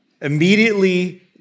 Immediately